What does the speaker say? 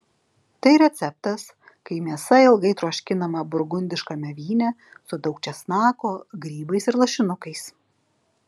tai receptas kai mėsa ilgai troškinama burgundiškame vyne su daug česnako grybais ir lašinukais